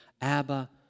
Abba